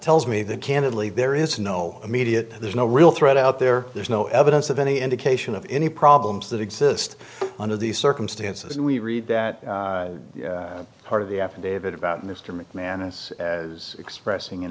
tells me that candidly there is no immediate there's no real threat out there there's no evidence of any indication of any problems that exist under these circumstances and we read that part of the affidavit about mr mcmanus expressing an